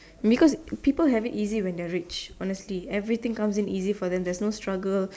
because people have it easy when they're rich honestly everything comes in easy for them there's no struggle